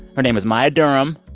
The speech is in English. her name is maya durham.